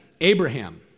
Abraham